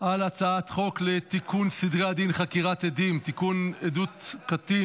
על הצעת חוק לתיקון סדרי הדין (חקירת עדים) (תיקון מס' 10) (עדות קטין